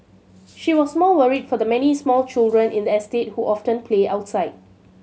she was more worried for the many small children in the estate who often play outside